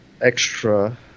extra